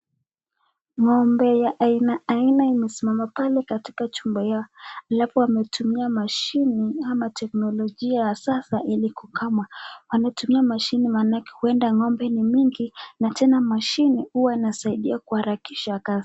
Ngo'mbe ya aina aina imesimama pale katikati chumba yao alfu ametumia mashini ama tekinolochia hasa hili kukama ametumia mashini manake uenda ngo'mbe ni mingi na tena mashini huwa inasaidia kuharakisha kazi.